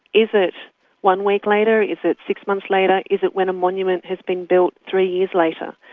is it one week later? is it six months later? is it when a monument has been built three years later?